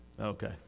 Okay